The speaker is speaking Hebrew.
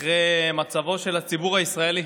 אחרי מצבו של הציבור הישראלי.